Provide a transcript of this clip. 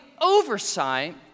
oversight